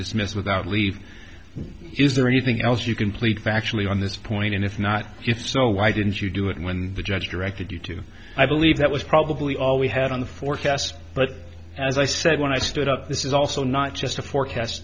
dismissed without leave is there anything else you can plead factually on this point and if not if so why didn't you do it when the judge directed you to i believe that was probably all we had on the forecast but as i said when i stood up this is also not just a forecast